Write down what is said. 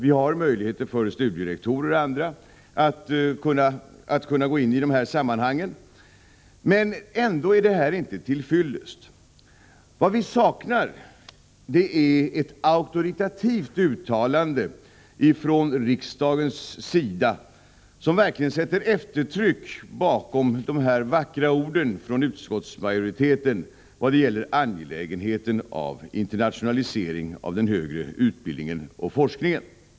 Det finns möjlighet för studierektorer och andra att gå in i de här sammanhangen, men det är inte till fyllest. Vad vi saknar är ett auktoritativt uttalande från riksdagens sida, vilket verkligen sätter eftertryck bakom de här vackra orden från utskottsmajoriteten i vad gäller angelägenheten av internationalisering av den högre utbildningen och forskningen.